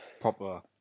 proper